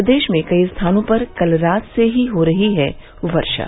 प्रदेश में कई स्थानों पर कल रात से हो रही है वर्षा